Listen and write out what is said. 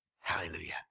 hallelujah